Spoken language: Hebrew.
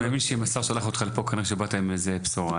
אם השר שלח אותך לפה אני מאמין שבאת עם איזו בשורה.